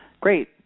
great